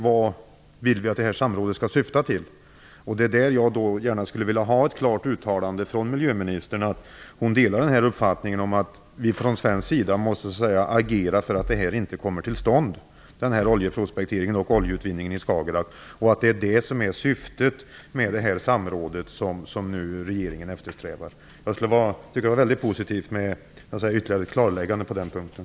Vad vill vi att samrådet skall syfta till? Jag skulle gärna vilja ha ett klart uttalande från miljöministern om huruvida hon delar uppfattningen att vi från svensk sida måste agera för att oljeprospekteringen och oljeutvinningen i Skagerrak inte skall komma till stånd. Är det detta som är syftet med det samråd regeringen eftersträvar? Det skulle vara väldigt positivt med ytterligare klarlägganden på den punkten.